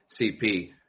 CP